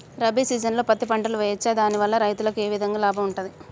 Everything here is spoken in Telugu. రబీ సీజన్లో పత్తి పంటలు వేయచ్చా దాని వల్ల రైతులకు ఏ విధంగా లాభం ఉంటది?